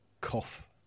cough